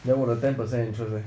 then 我的 ten percent interest leh